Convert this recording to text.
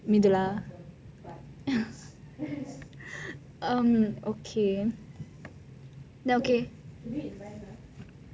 ya em okay